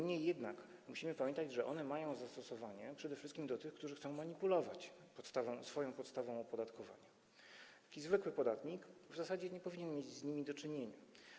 Musimy jednak pamiętać, że one mają zastosowanie przede wszystkim do tych, którzy chcą manipulować swoją podstawą opodatkowania, zwykły podatnik w zasadzie nie powinien mieć z nimi do czynienia.